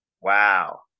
wow